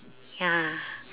ya